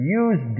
use